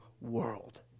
world